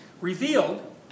revealed